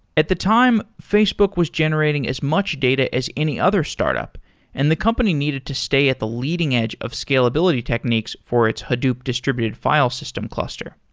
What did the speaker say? at the time, facebook was generating as much data as any other startup and the company needed to stay at the leading edge of scalability techniques for its hadoop distributed file system cluster.